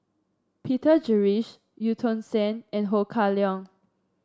Peter Gilchrist Eu Tong Sen and Ho Kah Leong